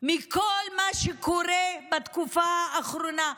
כל מה שקורה בתקופה האחרונה,